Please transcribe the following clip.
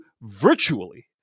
virtually